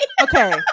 Okay